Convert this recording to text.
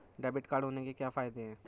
Debit card होने के क्या फायदे हैं?